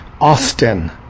Austin